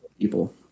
people